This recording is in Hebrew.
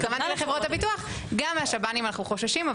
גם מהשב"נים אנחנו חוששים,